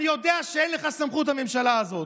אני יודע שאין לך סמכות בממשלה הזאת,